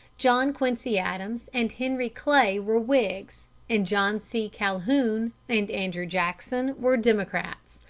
john quincy adams and henry clay were whigs, and john c. calhoun and andrew jackson were democrats.